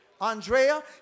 Andrea